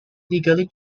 legally